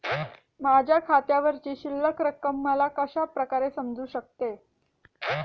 माझ्या खात्यावरची शिल्लक रक्कम मला कशा प्रकारे समजू शकते?